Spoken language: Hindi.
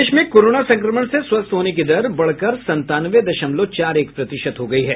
प्रदेश में कोरोना संक्रमण से स्वस्थ होने की दर बढ़कर संतानवे दशमलव चार एक प्रतिशत है